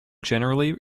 generally